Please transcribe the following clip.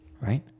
right